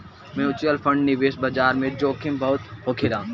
mutual fund निवेश बाजार में जोखिम बहुत होखेला